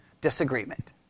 Disagreement